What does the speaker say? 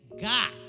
God